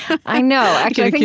i know. actually,